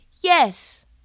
Yes